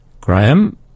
Graham